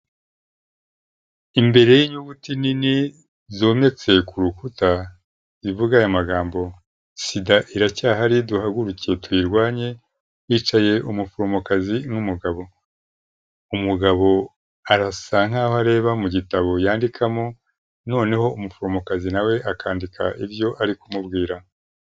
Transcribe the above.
Imbere y'inyuguti nini zometse ku rukuta zivuga aya magambo sida iracyahari duhaguruke tuyirwanye, hicaye umuforomokazi n'umugabo. Umugabo arasa nkaho areba mu gitabo yandikamo, noneho umuforomokazi na we akandika ibyo ari kumubwira.